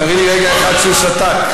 תראי לי רגע אחד שהוא שתק.